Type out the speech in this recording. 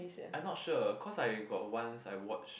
I not sure cause I got once I watch